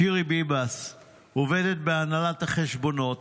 שירי ביבס, עובדת בהנהלת החשבונות,